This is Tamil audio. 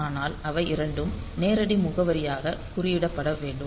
ஆனால் அவை இரண்டும் நேரடி முகவரியாக குறியிடப்பட வேண்டும்